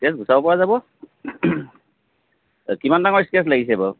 তেল গুচাব পৰা যাব কিমান ডাঙৰ স্কেচ লাগিছে বাৰু